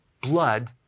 blood